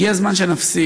הגיע הזמן שנפסיק.